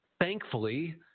Thankfully